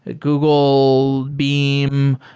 ah google beam.